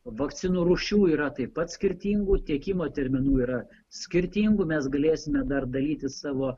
vakcinų rūšių yra taip pat skirtingų tiekimo terminų yra skirtingų mes galėsime dar darytis savo